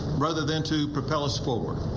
rather than to propel us forward.